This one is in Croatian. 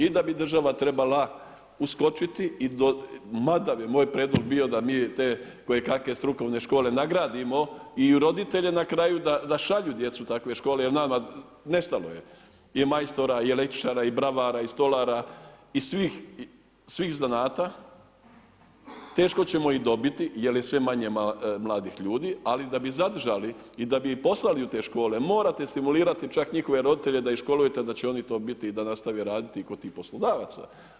I da bi država trebala uskočiti, mada bi moj prijedlog bio da mi te kojekakve strukovne škole nagradimo i roditelje na kraju, da šalju djecu u takve škole jer nama nestalo je i majstora i električara i bravara i stolara i svih zanata, teško ćemo ih dobiti jer je sve manje mladih ljudi ali da bi zadržali i da bi ih poslali u te škole, morate stimulirati čak njihove roditelje da ih školujete da će oni to biti i da nastave raditi kod tih poslodavaca.